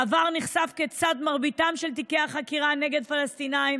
בעבר נחשף כיצד מרבית תיקי החקירה נגד פלסטינים